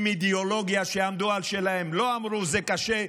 עם אידיאולוגיה, שעמדו על שלהם, לא אמרו: זה קשה,